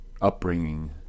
upbringing